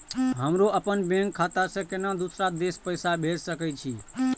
हमरो अपने बैंक खाता से केना दुसरा देश पैसा भेज सके छी?